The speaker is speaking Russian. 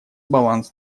баланс